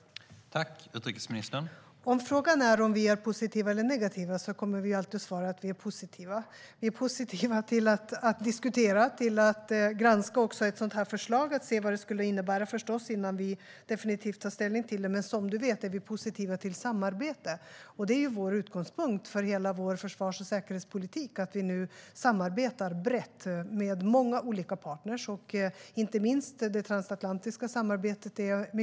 Nu ges tillfälle för utrikesministern att sända denna signal.